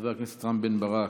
חבר הכנסת רם בן ברק,